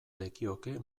lekioke